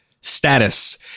Status